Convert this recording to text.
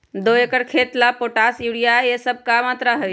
दो एकर खेत के ला पोटाश, यूरिया ये सब का मात्रा होई?